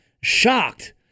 shocked